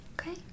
Okay